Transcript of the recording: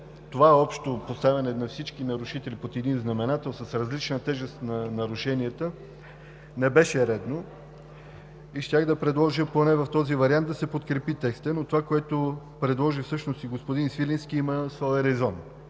Това общо поставяне на всички нарушители под един знаменател с различна тежест на нарушенията не беше редно. Щях да предложа поне в този вариант да се подкрепи текстът, но това, което предложи всъщност и господин Свиленски, има своя резон